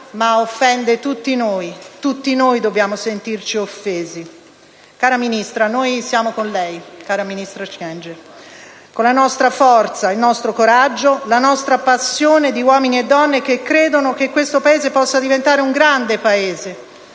ma tutti noi: tutti dobbiamo sentirci offesi. Cara ministra Kyenge, noi siamo con lei, con la nostra forza, il nostro coraggio, la nostra passione di uomini e donne che credono che questo possa diventare un grande Paese,